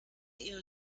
ihre